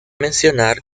mencionar